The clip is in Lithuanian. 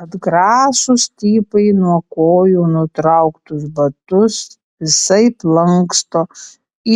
atgrasūs tipai nuo kojų nutrauktus batus visaip lanksto